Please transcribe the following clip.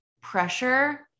pressure